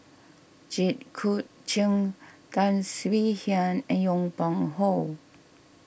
Jit Koon Ch'ng Tan Swie Hian and Yong Pung How